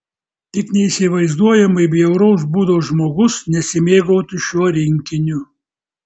tik neįsivaizduojamai bjauraus būdo žmogus nesimėgautų šiuo rinkiniu